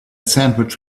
sandwich